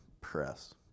press